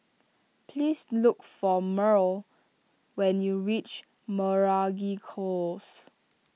please look for Myrle when you reach Meragi Close